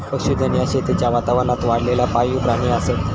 पशुधन ह्या शेतीच्या वातावरणात वाढलेला पाळीव प्राणी असत